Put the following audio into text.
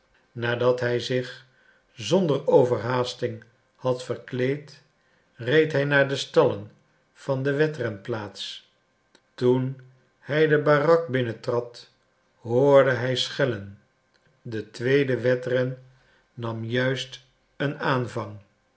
nadat hij zich zonder overhaasting had verkleed reed hij naar de stallen van de wedrenplaats toen hij de barak binnen trad hoorde hij schellen de tweede wedren nam juist een aanvang